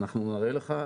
ואנחנו נראה לך,